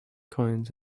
coins